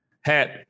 hat